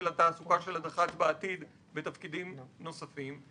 של התעסוקה של הדח"צ בעתיד לתפקידים נוספים,